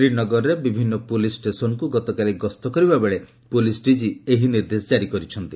ଶ୍ରୀନଗରର ବିଭିନ୍ନ ପୋଲିସ୍ ଷ୍ଟେସନକୁ ଗତକାଲି ଗସ୍ତ କରିବା ବେଳେ ପୋଲିସ୍ ଡିଜି ଏହି ନିର୍ଦ୍ଦେଶ ଜାରି କରିଛନ୍ତି